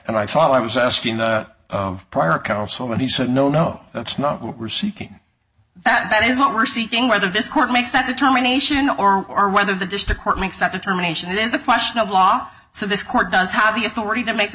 and i thought i was asking the prior counsel when he said no no that's not what we're seeking that is what we're seeking whether this court makes that determination or whether the district court makes that determination in the question of law so this court does have the authority to make th